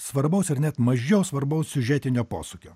svarbaus ar net mažiau svarbaus siužetinio posūkio